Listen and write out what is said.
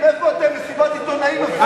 לסטודנטים?